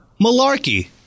Malarkey